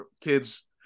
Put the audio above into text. kids